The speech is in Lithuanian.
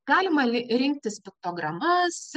galima ri rinktis piktogramas